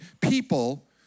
people